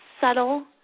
subtle